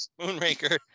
moonraker